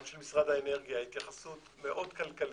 גם של משרד האנרגיה היא התייחסות מאוד כלכלית,